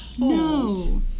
no